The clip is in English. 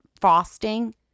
frosting